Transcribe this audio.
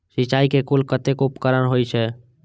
सिंचाई के कुल कतेक उपकरण होई छै?